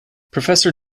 professor